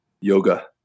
Yoga